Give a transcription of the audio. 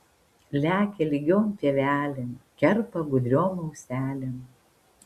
lekia lygiom pievelėm kerpa gudriom auselėm